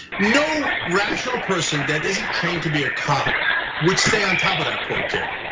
no rational person that isn't trained to be a cop would stay on top of that poor kid.